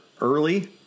early